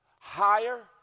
higher